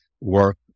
work